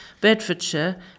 Bedfordshire